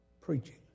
preaching